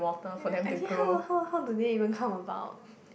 ya I see how how how do they even come about